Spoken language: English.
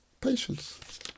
patience